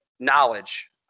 knowledge